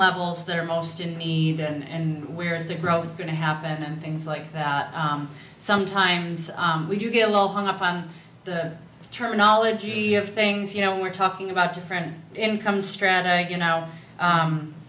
levels that are most in need and where is the growth going to happen and things like that sometimes we do get a little hung up on the terminology of things you know we're talking about different income strata you know